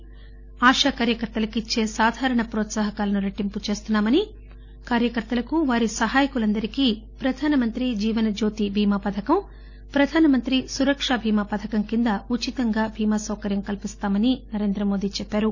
ప్రభుత్వం ఆశ కార్యకర్తలకు ఇచ్చే సాధారణ ప్రోత్సహకాలను రెట్టింపు చేస్తున్నా మని ఆశ కార్యకర్తలు వారి సహాయకులందరికీ ప్రధానమంత్రి జీవనజ్యోతి బీమా పథకం ప్రధానమంత్రి సురక్ష బీమా పథకం కింద ఉచితంగా బీమా సౌకర్యం కల్పిస్తామని ప్రధానమంత్రి చెప్పారు